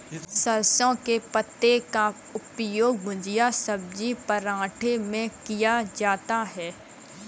सरसों के पत्ते का उपयोग भुजिया सब्जी पराठे में किया जाता है